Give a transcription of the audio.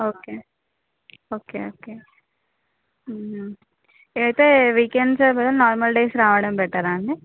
okay okay okay ఇది అయితే weekends లేకపోతే నార్మల్ డేస్ రావడం బెటరా అండి